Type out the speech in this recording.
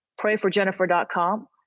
Prayforjennifer.com